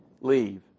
leave